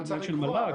הוא לא צריך לקבוע,